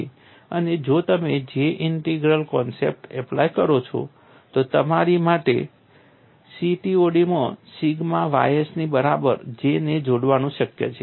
અને જો તમે J ઇન્ટિગ્રલ કન્સેપ્ટ એપ્લાય કરો છો તો તમારા માટે CTOD માં સિગ્મા ys ની બરાબર J ને જોડવાનું શક્ય છે